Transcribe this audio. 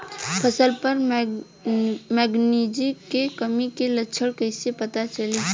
फसल पर मैगनीज के कमी के लक्षण कईसे पता चली?